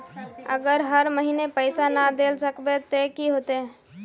अगर हर महीने पैसा ना देल सकबे ते की होते है?